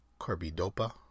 carbidopa